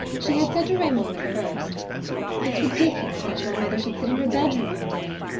she had said to raymond, at first it's ridiculous that your mother should sit in her bedroom all day.